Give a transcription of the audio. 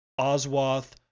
Oswath